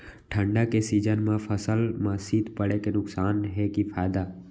ठंडा के सीजन मा फसल मा शीत पड़े के नुकसान हे कि फायदा?